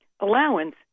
Allowance